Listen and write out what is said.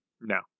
No